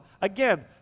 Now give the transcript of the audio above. Again